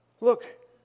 Look